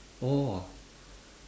!wah!